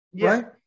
right